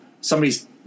somebody's